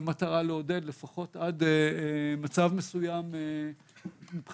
במטרה לעודד לפחות עד מצב מסוים מבחינת